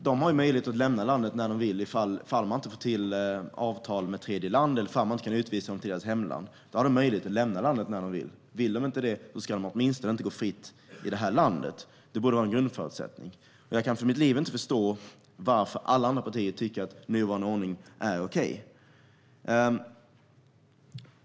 De har möjlighet att lämna landet när de vill om man inte får till avtal med tredje land eller om man inte kan utvisa dem till deras hemland. Då har de möjlighet att lämna landet när de vill. Vill de inte det ska de åtminstone inte gå fritt i det här landet. Det borde vara en grundförutsättning. Jag kan för mitt liv inte förstå varför alla andra partier tycker att nuvarande ordning är okej.